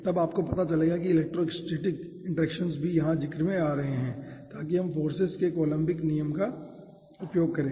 तब आपको पता चलेगा कि इलेक्ट्रो स्टैटिक इंटरैक्शन भी यहाँ जिक्र में आ रहे हैं ताकि हम फोर्सेज के कोलम्बिक नियम का उपयोग करें